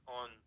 on